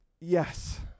Yes